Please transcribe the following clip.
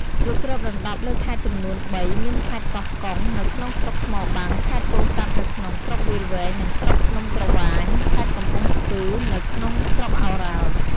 វាគ្របដណ្ដប់លើខេត្តចំនួន៣មានខេត្តកោះកុង នៅក្នុង ស្រុកថ្មបាំង ខេត្តពោធិ៍សាត់ នៅក្នុង ស្រុកវាលវែងនិងស្រុកភ្នំក្រវាញ ខេត្តកំពង់ស្ពឺនៅក្នុងស្រុកឱរ៉ាល់។